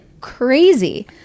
crazy